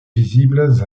visibles